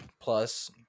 Plus